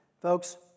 Folks